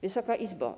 Wysoka Izbo!